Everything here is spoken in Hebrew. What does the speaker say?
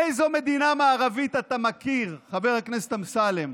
איזו מדינה מערבית אתה מכיר, חבר הכנסת אמסלם,